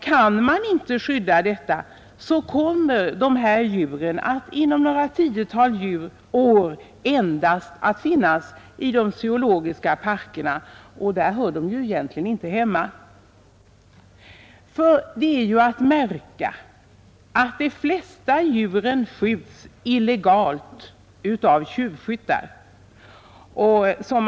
Kan man inte skydda det, kommer de här djuren inom några tiotal år att finnas endast i de zoologiska parkerna och där hör de ju egentligen inte hemma. Det är att märka att de flesta djuren skjuts illegalt av tjuvskyttar.